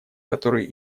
которые